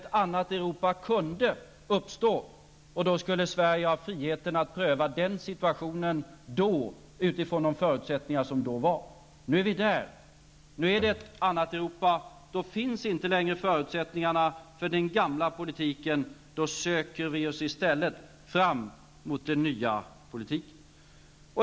Ett annat Europa kunde uppstå, och i det läget skulle Sverige ha friheten att pröva situationen utifrån de förutsättningar som då förelåg. Nu är vi där. Nu har vi ett annat Europa, och då finns inte längre förutsättningarna för den gamla politiken. Då söker vi oss i stället fram mot den nya politiken.